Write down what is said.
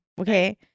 Okay